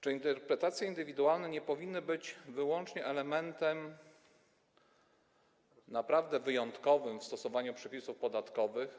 Czy interpretacje indywidualne nie powinny być wyłącznie elementem naprawdę wyjątkowym w stosowaniu przepisów podatkowych?